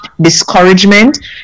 discouragement